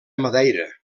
madeira